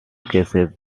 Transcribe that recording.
cases